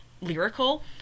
lyrical